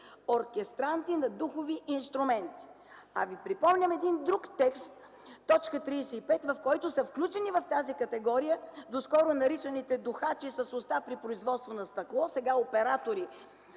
„оркестранти на духови инструменти”, а ви припомням един друг текст – на т. 35, където са включени в тази категория доскоро наричаните „духачи с уста при производство на изделия от стъкло”, а сега „оператори